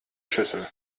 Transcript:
schüssel